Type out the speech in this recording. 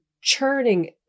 churning